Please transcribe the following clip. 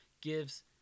gives